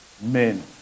men